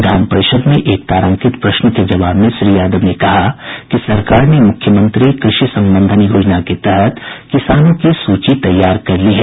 विधान परिषद में एक तारांकित प्रश्न के जवाब में श्री यादव ने कहा कि सरकार ने मुख्यमंत्री कृषि संबंधन योजना के तहत किसानों की सूची तैयार कर ली है